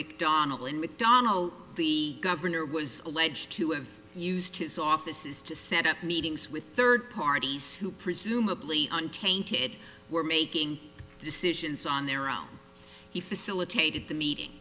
mcdonnell in mcdonnell the governor was alleged to have used his offices to set up meetings with third parties who presumably untainted were making decisions on their own he facilitated the meeting